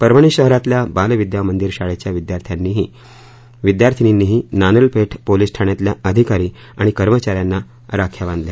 परभणी शहरातल्या बालविद्या मंदिर शाळेच्या विद्यार्थिनींनीही नानलपेठ पोलिस ठाण्यातल्या अधिकारी आणि कर्मचाऱ्यांना राख्या बांधल्या